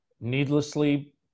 needlessly